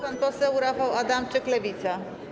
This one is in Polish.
Pan poseł Rafał Adamczyk, Lewica.